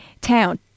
town